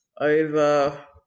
over